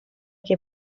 che